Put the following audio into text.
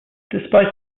despite